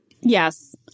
Yes